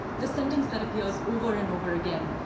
the sentence that appears over and over again,